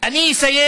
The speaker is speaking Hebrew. אני אסיים